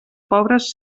pobres